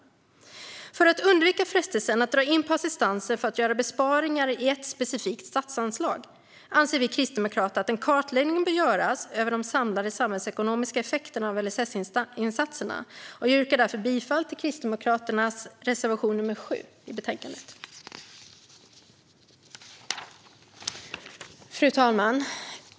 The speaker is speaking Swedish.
För att undvika frestelsen att dra in på assistansen för att göra besparingar i ett specifikt statsanslag anser vi kristdemokrater att en kartläggning bör göras av de samlade samhällsekonomiska effekterna av LSS-insatserna. Jag yrkar därför bifall till Kristdemokraternas reservation nr 7 i betänkandet. Fru talman!